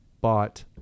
bought